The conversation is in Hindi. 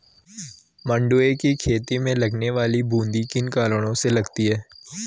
मंडुवे की खेती में लगने वाली बूंदी किन कारणों से लगती है?